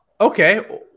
Okay